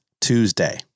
Tuesday